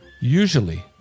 Usually